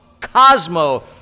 Cosmo